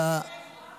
איזו בושה.